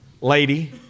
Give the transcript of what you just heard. lady